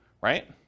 right